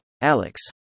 Alex